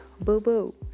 boo-boo